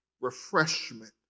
refreshment